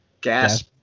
gas